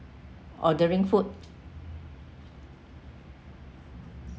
ordering food